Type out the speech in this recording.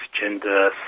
gender